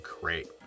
great